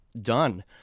done